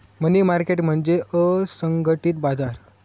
मनी market म्हणजे असंघटित बाजार